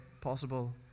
possible